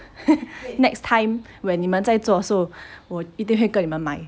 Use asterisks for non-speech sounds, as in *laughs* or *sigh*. *laughs* next time when 你们再做的时候我一定会跟你们买